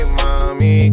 mommy